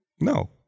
No